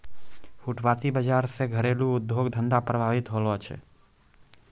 फुटपाटी बाजार से घरेलू उद्योग धंधा प्रभावित होलो छै